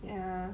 ya